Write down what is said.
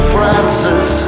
Francis